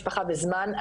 משפחה וזמן,